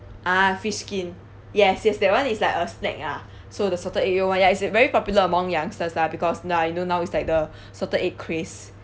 ah fish skin yes yes that one is like a snack ah so the salted egg [one] ya it is very popular among youngsters lah because now you know now it's like the salted egg craze